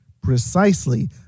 precisely